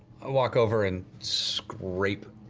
i walk over and scrape